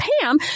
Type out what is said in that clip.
Pam